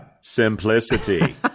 simplicity